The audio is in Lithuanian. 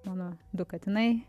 mano du katinai